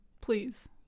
Please